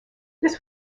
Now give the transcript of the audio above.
this